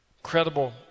Incredible